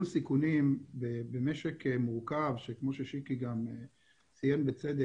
שימוש בפחם במצבי שגרה אלא רק במצבי חירום,